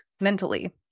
mentally